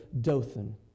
Dothan